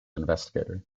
investigator